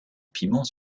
piment